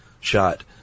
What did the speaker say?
shot